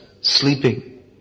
sleeping